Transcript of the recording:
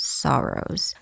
sorrows